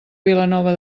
vilanova